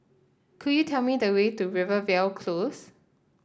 could you tell me the way to Rivervale Close